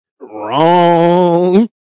Wrong